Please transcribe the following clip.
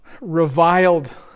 reviled